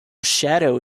shadow